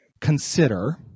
consider